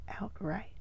outright